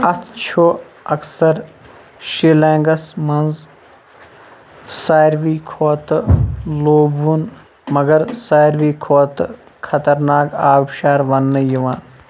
اَتھ چھُ اَکثَر شِلینٛگَس منٛز ساروٕے کھۄتہٕ لوٗبوُن مگر ساروی کھۄتہٕ خَطَرناک آبشار ونٛنہِ یِوان